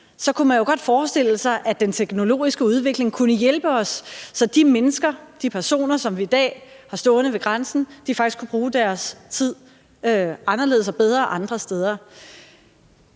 kunne man godt forestille sig, at den teknologiske udvikling kunne hjælpe os, så de mennesker, de personer, som vi i dag har stående ved grænsen, faktisk kunne bruge deres tid anderledes og bedre andre steder.